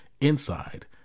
inside